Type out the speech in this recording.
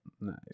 Nice